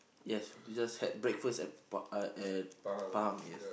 yes we just had breakfast at pa~ uh at Palm yes